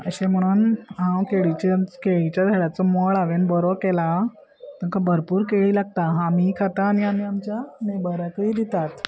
अशें म्हणोन हांव केळीचे केळीच्या झाडाचो मोळ हांवें बरो केलां तांकां भरपूर केळी लागता आमी खाता आनी आमी आमच्या नेबराकय दितात